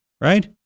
right